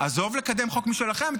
עזוב לקדם חוק משלכם,